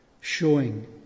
showing